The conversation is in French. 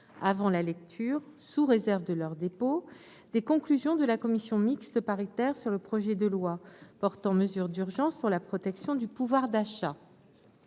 avant la lecture, sous réserve de leur dépôt, des conclusions de la commission mixte paritaire sur le projet de loi portant mesures d'urgence pour la protection du pouvoir d'achat.